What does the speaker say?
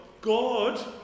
god